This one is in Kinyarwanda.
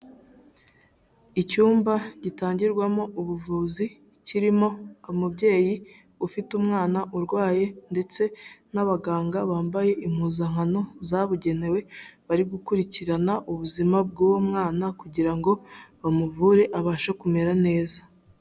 Icyumba gitangirwamo ubuvuzi kirimo umubyeyi ufite umwana urwaye ndetse n'abaganga bambaye impuzankano zabugenewe bari gukurikirana ubuzima bw'uwo mwana kugira ngo bamuvure abashe kumera neza.